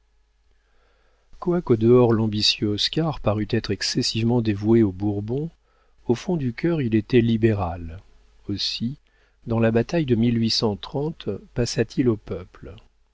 quoiqu'au dehors l'ambitieux oscar parût être excessivement dévoué aux bourbons au fond du cœur il était libéral aussi dans la bataille de passa-t-il au peuple